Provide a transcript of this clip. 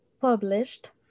published